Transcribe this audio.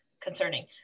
concerning